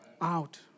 out